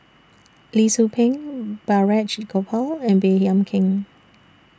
Lee Tzu Pheng Balraj Gopal and Baey Yam Keng